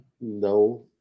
No